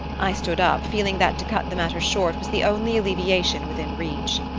i stood up, feeling that to cut the matter short was the only alleviation within reach.